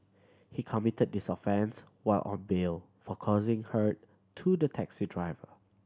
he committed this offence while on bail for causing hurt to the taxi driver